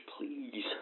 please